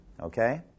okay